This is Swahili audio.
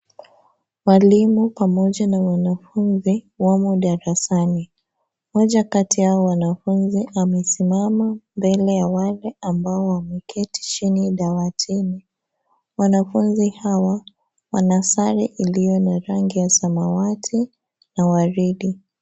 Mwalimu pamoja na wanafunzi wamo darasani. Mmoja kati ya hao wanafunzi amesimama mbele ya wale ambao wameketi chini dawatini. Wanafunzi wana sare iliyo na rangi ya samawati na waridi.